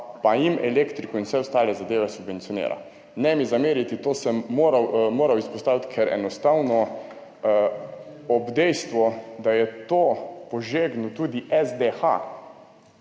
pa jim elektriko in vse ostale zadeve subvencionira. Ne mi zameriti, to sem moral izpostaviti, ker enostavno ob dejstvu, da je to požegnal tudi SDH,